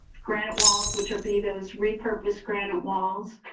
granite walls, which are be those repurpose granted walls.